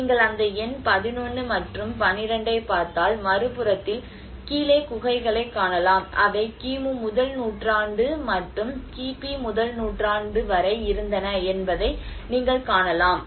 நீங்கள் அந்த எண் 11 மற்றும் 12 ஐப் பார்த்தால் மறுபுறத்தில் கீழே குகைகளை காணலாம் அவை கிமு முதல் நூற்றாண்டு மற்றும் கிபி முதல் நூற்றாண்டு வரை இருந்தன என்பதை நீங்கள் காணலாம்